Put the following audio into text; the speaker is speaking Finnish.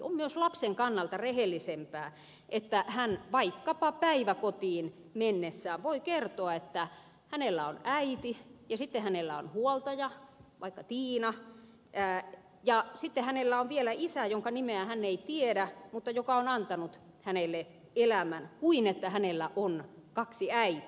on myös lapsen kannalta rehellisempää että hän vaikkapa päiväkotiin mennessään voi kertoa että hänellä on äiti ja sitten hänellä on huoltaja vaikka tiina ja sitten hänellä on vielä isä jonka nimeä hän ei tiedä mutta joka on antanut hänelle elämän sen sijaan että hänellä on kaksi äitiä